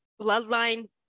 bloodline